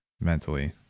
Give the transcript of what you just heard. mentally